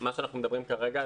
מה שאנחנו מדברים כרגע,